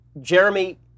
Jeremy